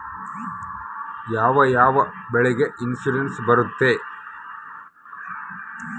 ಯಾವ ಯಾವ ಬೆಳೆಗೆ ಇನ್ಸುರೆನ್ಸ್ ಬರುತ್ತೆ?